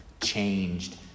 changed